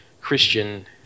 Christian